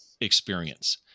experience